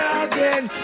again